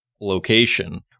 location